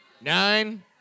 nine